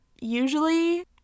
usually